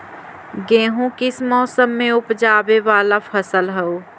गेहूं किस मौसम में ऊपजावे वाला फसल हउ?